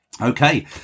okay